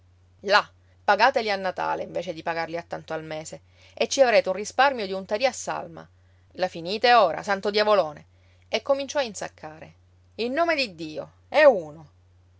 là pagateli a natale invece di pagarli a tanto al mese e ci avrete un risparmio di un tarì a salma la finite ora santo diavolone e cominciò ad insaccare in nome di dio e uno